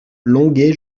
longué